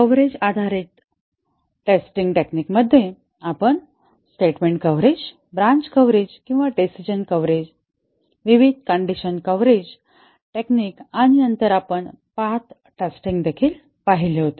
coverage आधारित testing techniques मध्ये आपण स्टेटमेंट कव्हरेज ब्रान्च किंवा डिसिजन कव्हरेज विविध कंडीशन कव्हरेज टेक्निक आणि नंतर आपण पाथ टेस्टिंग देखील पाहिले होते